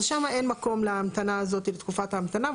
אז שם אין מקום להמתנה הזאת, לתקופת ההמתנה.